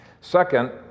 Second